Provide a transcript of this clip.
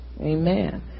Amen